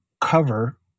cover